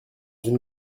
une